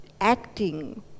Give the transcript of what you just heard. acting